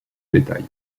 bétail